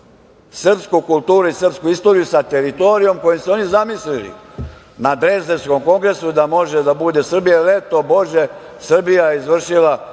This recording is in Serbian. srpsku kulturu i srpsku istoriju sa teritorijom koju su oni zamislili, na Drezdenskom kongresu da može da bude Srbija, eto Bože Srbija je izvršila